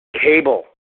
Cable